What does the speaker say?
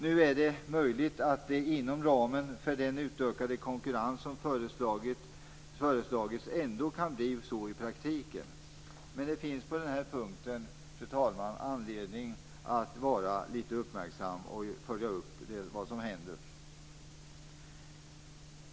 Nu är det möjligt att det inom ramen för den utökade konkurrens som föreslagits ändå kan bli så i praktiken. Men det finns på den här punkten, fru talman, anledning att vara litet uppmärksam och att följa upp vad som händer.